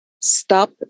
stop